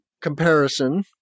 comparison